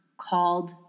called